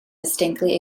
distinctly